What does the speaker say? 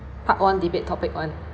part one debate topic one